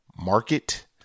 market